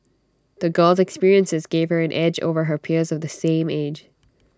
the girl's experiences gave her an edge over her peers of the same age